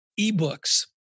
eBooks